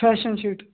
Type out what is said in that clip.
fashion sheet